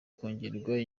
kongererwa